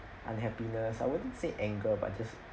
unhappiness I wouldn't say anger but just